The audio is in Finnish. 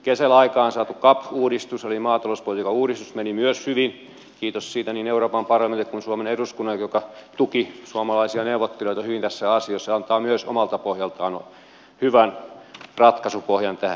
kesällä aikaansaatu cap uudistus eli maatalouspolitiikan uudistus meni myös hyvin kiitos siitä niin euroopan parlamentille kuin suomen eduskunnallekin joka tuki suomalaisia neuvottelijoita hyvin tässä asiassa ja antaa myös omalta pohjaltaan hyvän ratkaisupohjan tähän